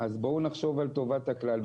אז בואו נחשוב על טובת הכלל,